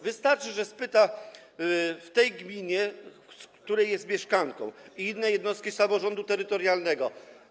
Wystarczy, że spyta o to w tej gminie, w której jest mieszkanką, i inne jednostki samorządu terytorialnego.